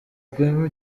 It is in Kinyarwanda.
kuba